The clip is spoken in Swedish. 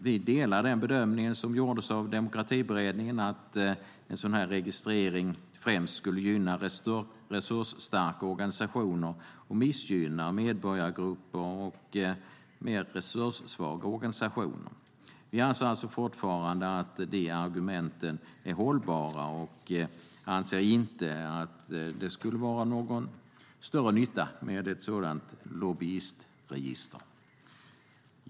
Vi delar den bedömning som gjordes av Demokratiberedningen att en sådan registrering främst skulle gynna resursstarka organisationer och missgynna medborgargrupper och mer resurssvaga organisationer. Vi anser alltså fortfarande att de argumenten är hållbara och anser inte att det skulle vara någon större nytta med ett sådant lobbyistregister.